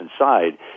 inside